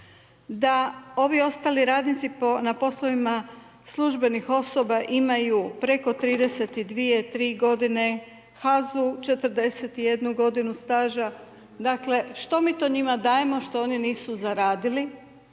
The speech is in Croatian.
da ovi ostali radnici na poslovima službenih osoba imaju preko 32, 33 g., HAZU 41 g. staža. Dakle, što mi to njima dajemo što oni nisu zaradili?